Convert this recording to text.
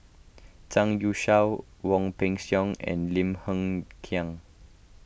Zhang Youshuo Wong Peng Soon and Lim Hng Kiang